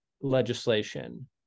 legislation